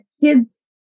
kids